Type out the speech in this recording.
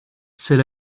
c’est